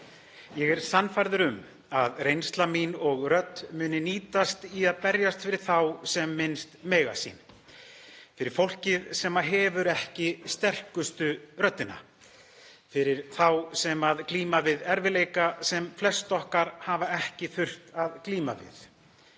Ég er sannfærður um að reynsla mín og rödd mun nýtast í að berjast fyrir þá sem minnst mega sín, fyrir fólkið sem hefur ekki sterkustu röddina, fyrir þá sem glíma við erfiðleika sem flest okkar hafa ekki þurft að glíma við,